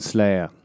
Slayer